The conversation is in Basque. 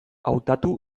hautatu